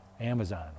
Amazon